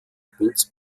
queen’s